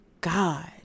God